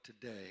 today